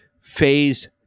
Phase